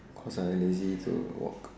cause I lazy to walk